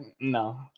no